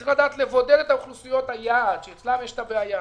צריך לדעת לבודד את אוכלוסיות היעד שאצלם יש את הבעיה,